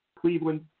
Cleveland